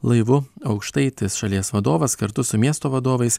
laivu aukštaitis šalies vadovas kartu su miesto vadovais